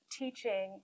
teaching